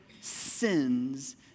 sins